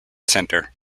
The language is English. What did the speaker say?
center